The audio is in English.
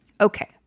Okay